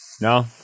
No